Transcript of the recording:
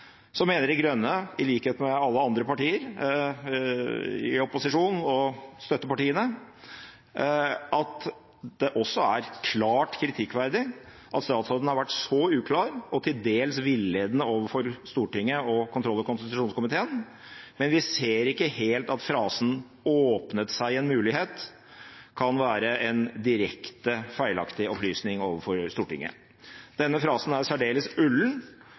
mener De Grønne, i likhet med alle andre partier i opposisjonen og støttepartiene, at det også er klart kritikkverdig at statsråden har vært så uklar og til dels villedende overfor Stortinget og kontroll- og konstitusjonskomiteen, men vi ser ikke helt at frasen «åpnet seg en mulighet» kan være en direkte feilaktig opplysning overfor Stortinget. Denne frasen er særdeles ullen,